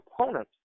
opponent